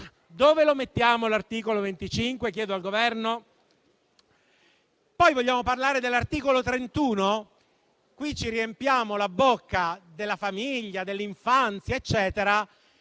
Dove lo mettiamo l'articolo 25? Chiedo al Governo. Poi, vogliamo parlare dell'articolo 31? Qui ci riempiamo la bocca della famiglia, dell'infanzia, eccetera.